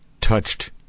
touched